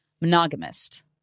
monogamist